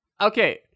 Okay